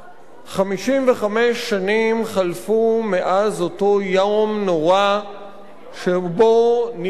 55 שנים חלפו מאז אותו יום נורא שבו נרצחו,